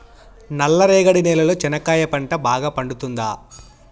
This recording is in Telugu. నల్ల రేగడి నేలలో చెనక్కాయ పంట బాగా పండుతుందా?